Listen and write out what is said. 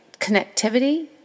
connectivity